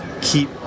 keep